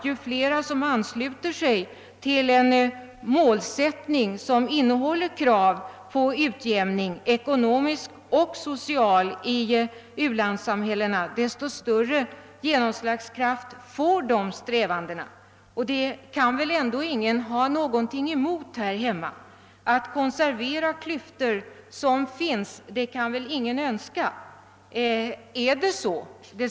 Ju fler som ansluter sig till en målsättning som innehåller krav på ekonomisk och social utjämning i u-landssamhällena, desto större genomslagskraft får de strävandena. Ingen här hemma kan väl ändå ha någonting emot det. Ingen kan rimligtvis önska konservera de klyftor som finns.